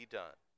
done